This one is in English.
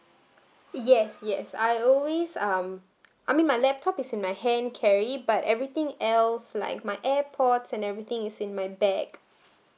yes yes I always um I mean my laptop is in my hand carry but everything else like my airpods and everything is in my bag